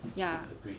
ya